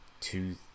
two